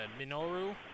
Minoru